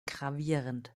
gravierend